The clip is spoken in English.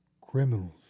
criminals